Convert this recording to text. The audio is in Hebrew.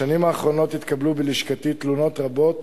שאלת: בשנים האחרונות התקבלו בלשכתי תלונות רבות